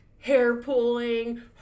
hair-pulling